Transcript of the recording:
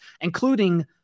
including –